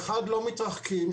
אחד, לא מתרחקים.